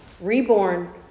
reborn